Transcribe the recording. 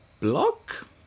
block